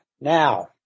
Now